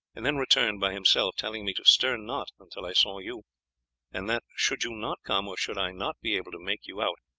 and then returned by himself, telling me to stir not until i saw you and that should you not come, or should i not be able to make you out,